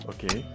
Okay